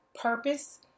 purpose